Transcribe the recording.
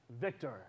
victor